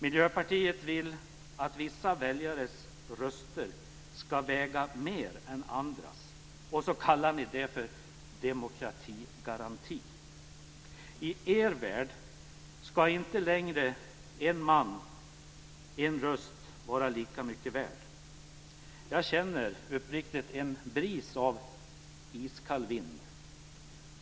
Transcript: Miljöpartiet vill att vissa väljares röster ska väga mer än andras, och så kallar ni det "demokratigaranti". I er värld ska inte längre en man en röst gälla och en röst vara lika mycket värd. Jag känner uppriktigt sagt en bris av en iskall vind.